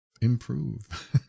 Improve